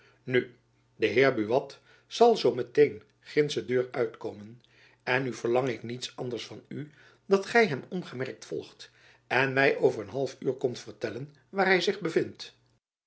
nu de heer buat zal zoo met een gindsche deur uitkomen en nu verlang ik niets anders van u dan dat gy hem ongemerkt volgt en my over een half uur komt vertellen waar hy zich bevindt